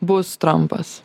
bus trampas